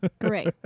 great